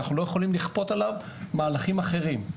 כי אנחנו לא יכולים לכפות עליו מהלכים אחרים.